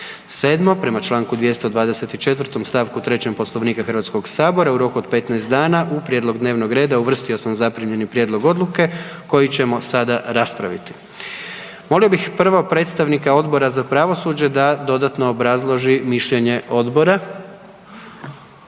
RH. 7. Prema čl. 224. st. 3. Poslovnika HS u roku od 15 dana u prijedlog dnevnog reda uvrstio sam zaprimljeni prijedlog odluke koji ćemo sada raspraviti. Molio bih prvo predstavnika Odbora za pravosuđe da dodatno obrazloži mišljenje odbora